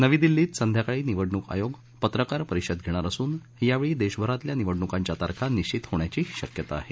नवी दिल्ली इथं संध्याकाळी निवडणूक आयोग पत्रकार परिषद घेणार असून यावेळी देशभरातील निवडणूकांच्या तारखा निश्चित होण्याची शक्यता आहे